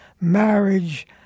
marriage